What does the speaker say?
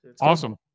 Awesome